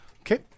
Okay